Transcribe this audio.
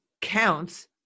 counts